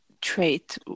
trait